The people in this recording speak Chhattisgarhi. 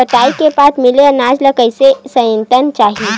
कटाई के बाद मिले अनाज ला कइसे संइतना चाही?